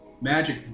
Magic